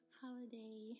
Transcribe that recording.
holiday